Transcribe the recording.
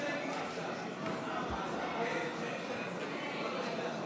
חברות וחברי הכנסת,